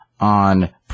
on